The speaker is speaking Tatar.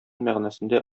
мәгънәсендә